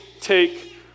Take